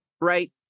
right